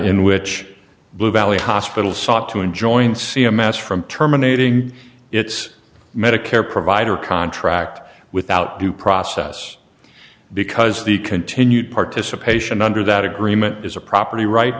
in which blue valley hospital sought to enjoin c m s from terminating its medicare provider contract without due process because the continued participation under that agreement is a property right